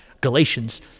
Galatians